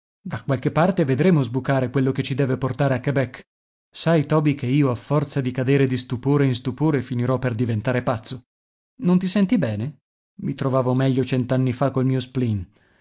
da qualche parte vedremo sbucare quello che ci deve portare a quebec sai toby che io a forza di cadere di stupore in stupore finirò per diventare pazzo non ti senti bene i trovavo meglio cent'anni fa col mio